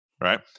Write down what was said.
right